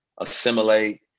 assimilate